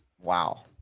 Wow